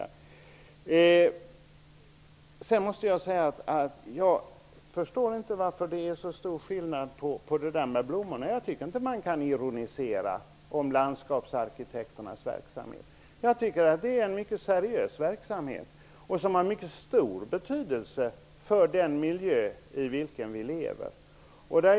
Jag måste vidare säga att jag inte förstår varför blommorna skulle göra så stor skillnad. Jag tycker inte att man skall ironisera över landskapsarkitekternas verksamhet. De bedriver en mycket seriös verksamhet, som har mycket stor betydelse för den miljö i vilken vi lever.